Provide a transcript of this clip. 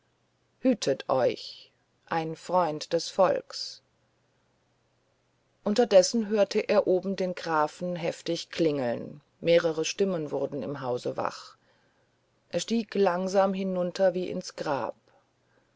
hütet euch ein freund des volks unterdes hörte er oben den grafen heftig klingeln mehrere stimmen wurden im hause wach er stieg langsam hinunter wie ins grab